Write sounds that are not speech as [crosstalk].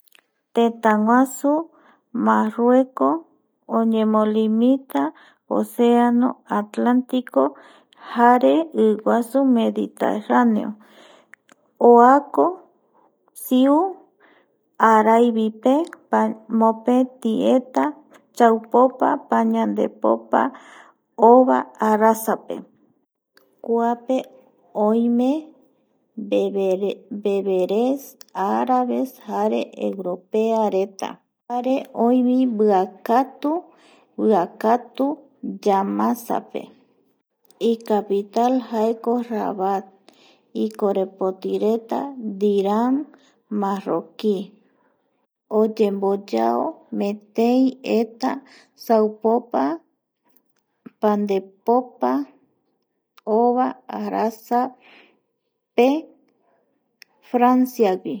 Tëtäguasu Narrueco oñemolimita oceano atlantico jare iguasu mediterraneo oako siu araivipe [hesitation] mopeti eta chaupopa pañandepopa ova arasape kuaepe oime beberes arabe jare europeareta jare oivi bimbiakati, mbiakatu yamasape icapital jaeko Rabat ikorepotireta Diran Marroqui oyemboyao metei eta saupopa pandepopa ova arasa, pe franciagui